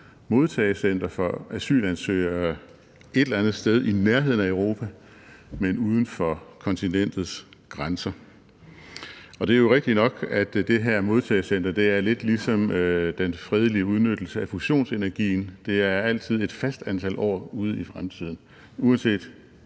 modtagecenter for asylansøgere et eller andet sted i nærheden af Europa, men uden for kontinentets grænser. Og det er jo rigtigt nok, at det her modtagecenter er lidt ligesom den fredelige udnyttelse af fusionsenergien; det er altid et fast antal år ude i fremtiden, for uanset